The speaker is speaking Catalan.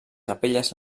capelles